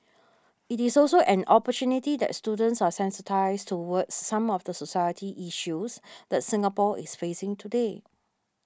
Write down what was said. it is also an opportunity that students are sensitised towards some of the society issues that Singapore is facing today